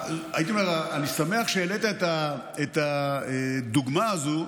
אני שמח שהעלית את הדוגמה הזו.